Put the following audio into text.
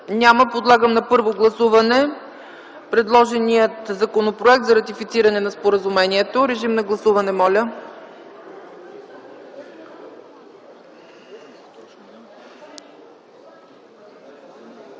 Няма. Подлагам на първо гласуване предложения Законопроект за ратифициране на споразумението. Гласували